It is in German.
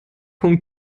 vom